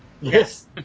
Yes